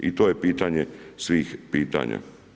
I to je pitanje svih pitanja.